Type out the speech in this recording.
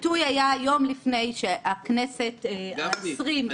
העיתוי היה יום לפני שהכנסת ה-20 התפזרה.